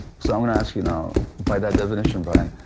so i'm gonna ask you now, by that definition brian,